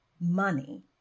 money